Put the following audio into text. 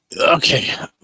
Okay